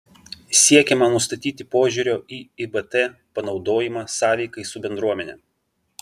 siekiama nustatyti požiūrio į ivt panaudojimą sąveikai su bendruomene